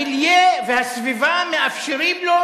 המיליה והסביבה מאפשרים לו